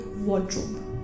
wardrobe